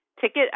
Ticket